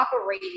operate